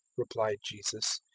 replied jesus,